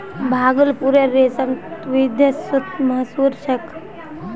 भागलपुरेर रेशम त विदेशतो मशहूर छेक